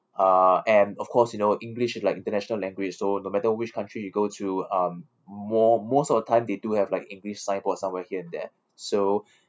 uh and of course you know english is like international language so no matter which country you go to um mo~ most of the time they do have like english signboard somewhere here and there so